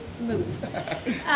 move